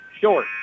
short